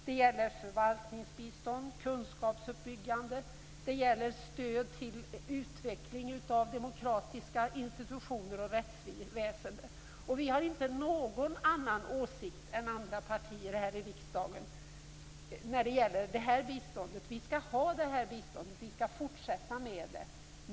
Det gäller förvaltningsbistånd, kunskapsuppbyggande samt stöd till utveckling av demokratiska institutioner och rättsväsende. Vi har inte någon annan åsikt än andra partier här i riksdagen när det gäller detta bistånd. Vi skall ha det, och vi skall fortsätta med det.